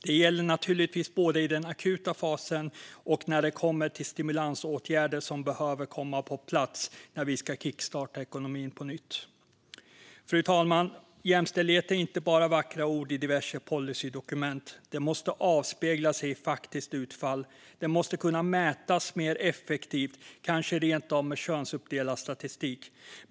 Det gäller naturligtvis både i den akuta fasen och när vi kommer till stimulansåtgärder som behöver komma på plats när vi ska kickstarta ekonomin på nytt. Fru talman! Jämställdhet är inte bara vackra ord i diverse policydokument. Den måste avspegla sig i faktiskt utfall. Den måste kunna mätas mer effektivt, kanske rent av med könsuppdelad statistik.